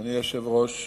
אדוני היושב-ראש,